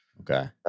Okay